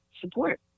support